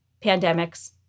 pandemics